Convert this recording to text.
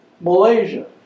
Malaysia